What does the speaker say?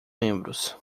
membros